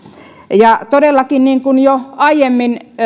ja todellakin niin kuin jo aiemmin